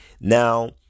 Now